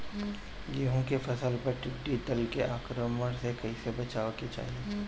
गेहुँ के फसल पर टिड्डी दल के आक्रमण से कईसे बचावे के चाही?